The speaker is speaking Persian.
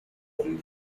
کلی